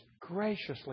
graciously